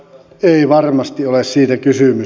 ei varmasti ole siitä kysymys